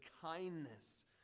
kindness